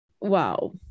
Wow